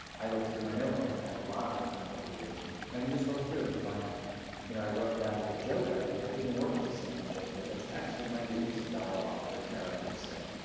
i look through my notebooks i have a lot of them now from over the years and i can just look through and find you know i wrote that as a joke idea. it didn't work as a stand-up joke. but that actually might be a piece of dialogue for a character to say.